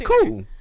cool